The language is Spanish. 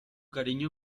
cariño